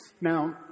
Now